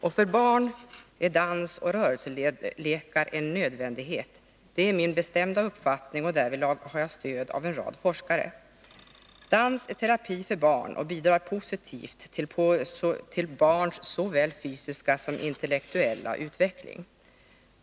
Och för barn är dans och rörelselekar en nödvändighet. Det är min bestämda uppfattning, och därvidlag har jag stöd av en rad forskare. Dans är terapi för barn och bidrar positivt till barns såväl fysiska som intellektuella utveckling.